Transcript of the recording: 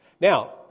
Now